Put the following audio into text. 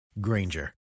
Granger